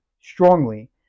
strongly